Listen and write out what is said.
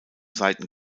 seiten